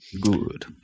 Good